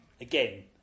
again